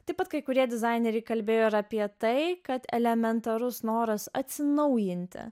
taip pat kai kurie dizaineriai kalbėjo ir apie tai kad elementarus noras atsinaujinti